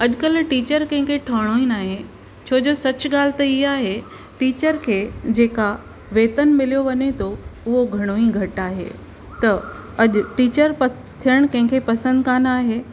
अॼुकल्ह टीचर कंहिंखें खे ठहणो ई न आहे छोजो सचु ॻाल्हि त हीअ आहे टीचर खे जेका वेतन मिलियो वञे थो उहो घणो ई घटि आहे त अॼु टीचर थियणु कंहिंखें पसंदि कोन आहे